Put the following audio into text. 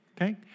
Okay